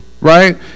Right